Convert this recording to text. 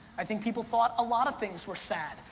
i think people thought a lot of things were sad.